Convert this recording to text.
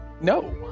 No